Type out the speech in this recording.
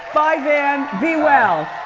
bye van, be well.